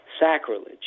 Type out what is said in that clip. sacrilege